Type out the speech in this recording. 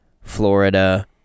Florida